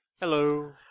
hello